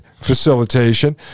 facilitation